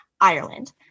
Ireland